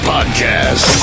Podcast